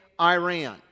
Iran